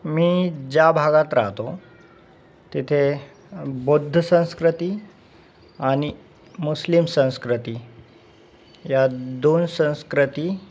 मी ज्या भागात राहातो तिथे बौद्ध संस्कृती आणि मुस्लिम संस्कृती या दोन संस्कृती